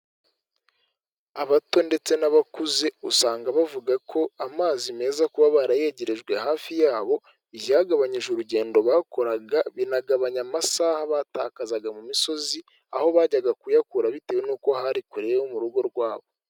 Abato ndetse n'abakuze usanga bavuga ko amazi meza kuba barayegerejwe hafi yabo, byagabanyije urugendo bakoraga binagabanya amasaha batakazaga mu misozi, aho bajyaga kuyakura bitewe n'uko hari kure yo mu rugo rwabo.